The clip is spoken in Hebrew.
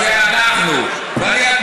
תתבייש